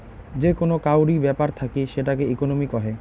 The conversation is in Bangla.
যে কোন কাউরি ব্যাপার থাকি সেটাকে ইকোনোমি কহে